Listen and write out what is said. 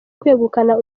kwegukana